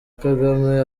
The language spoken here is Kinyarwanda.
kagame